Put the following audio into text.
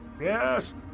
Yes